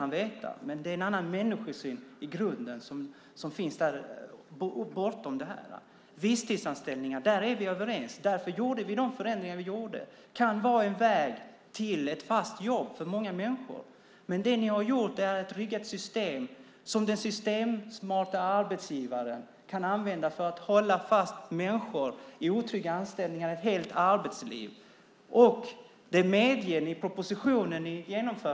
Men det är i grunden en annan människosyn som finns bortom det här. När det gäller visstidsanställningar är vi överens. Därför gjorde vi de förändringar vi gjorde. Det kan vara en väg till ett fast jobb för många människor. Men det ni har gjort är att bygga ett system som den systemsmarta arbetsgivaren kan använda för att hålla fast människor i otrygga anställningar ett helt arbetsliv. Det medger ni i propositionen.